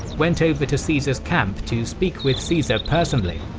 went over to caesar's camp to speak with caesar personally.